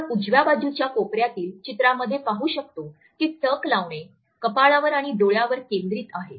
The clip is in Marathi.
आपण उजव्या बाजूच्या कोपऱ्यातील चित्रामध्ये पाहू शकतो की टक लावणे कपाळावर आणि डोळ्यांवर केंद्रित आहे